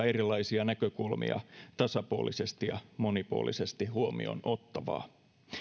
erilaisia näkökulmia tasapuolisesti ja monipuolisesti huomioon ottavaa ja